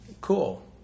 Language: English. Cool